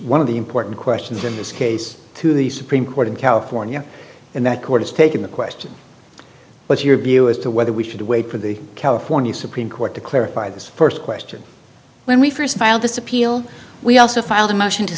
one of the important questions in this case to the supreme court in california and that court has taken the question what's your view as to whether we should wait for the california supreme court to clarify this question when we first filed this appeal we also filed a motion to